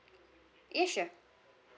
yes sure